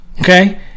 Okay